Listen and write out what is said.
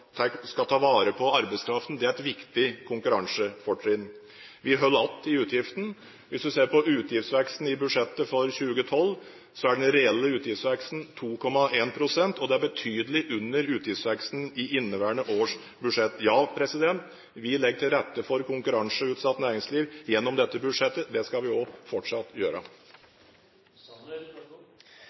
skal ta vare på arbeidskraften. Det er et viktig konkurransefortrinn. Vi holder igjen på utgiftene. Hvis du ser på utgiftsveksten i budsjettet for 2012, er den reelle utgiftsveksten 2,1 pst., og det er betydelig under utgiftsveksten i inneværende års budsjett. Ja, vi legger til rette for konkurranseutsatt næringsliv gjennom dette budsjettet. Det skal vi fortsatt gjøre.